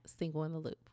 singleintheloop